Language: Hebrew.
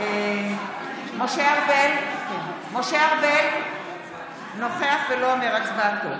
משה ארבל, נוכח ולא אומר הצבעתו